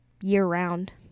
year-round